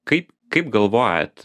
kaip kaip galvojat